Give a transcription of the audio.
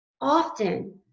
Often